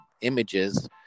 images